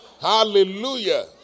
Hallelujah